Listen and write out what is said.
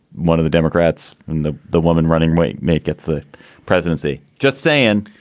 one of the democrats and the the woman running mate make it the presidency. just sayin,